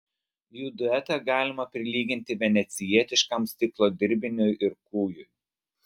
jų duetą galima prilyginti venecijietiškam stiklo dirbiniui ir kūjui